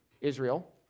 Israel